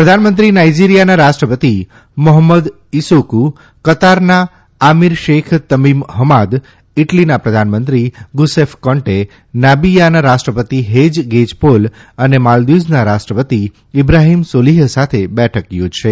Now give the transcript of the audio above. પ્રધાનમંત્રી નાઇજીરીયાના રાષ્ટ્રપતિ મહંમદ ઇસોકુ કતારના આમીર શેખ તમીમ હમાદ ઇટાલીના પ્રધાનમંત્રી ગુસેફ કોન્ટે નામીબીયાના રાષ્ટ્રપતિ હેજ ગેજપોલ અને માલ્દીવ્સના રાષ્ટ્રપતિ ઇબ્રાફીમ સોલીફ સાથે બેઠક યોજશે